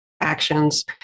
actions